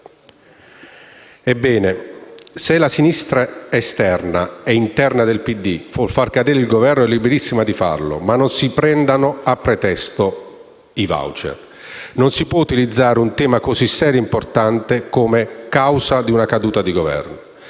Ebbene, se la sinistra esterna e interna al Partito Democratico vuol far cadere il Governo è liberissima di farlo, ma non si prendano a pretesto i *voucher*. Non si può utilizzare un tema così serio e importante come causa di una caduta di Governo.